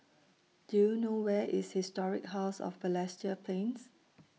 Do YOU know Where IS Historic House of Balestier Plains